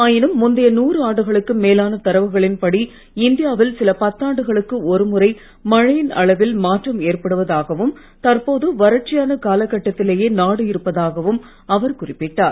ஆயினும் முந்தைய நூறு ஆண்டுகளுக்கும் மேலான தரவுகளின் படி இந்தியாவில் சில பத்தாண்டுகளுக்கு ஒரு முறை மழையின் அளவில் மாற்றம் ஏற்படுவதாகவும் தற்போது வறட்சியான கால கட்டத்திலேயே நாடு இருப்பதாகவும் அவர் குறிப்பிட்டார்